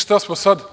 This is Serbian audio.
Šta smo sada?